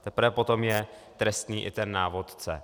Teprve potom je trestný i ten návodce.